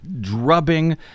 drubbing